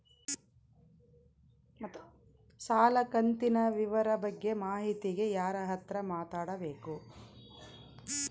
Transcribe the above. ಸಾಲ ಕಂತಿನ ವಿವರ ಬಗ್ಗೆ ಮಾಹಿತಿಗೆ ಯಾರ ಹತ್ರ ಮಾತಾಡಬೇಕು?